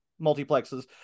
multiplexes